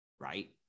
Right